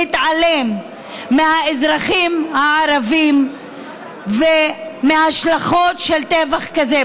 להתעלם מהאזרחים הערבים ומההשלכות של טבח כזה?